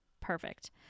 Perfect